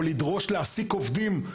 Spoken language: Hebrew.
או לדרוש להעסיק עובדים.